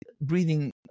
breathing